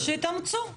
שיתאמצו.